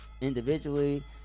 individually